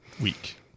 week